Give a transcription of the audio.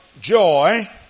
joy